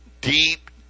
deep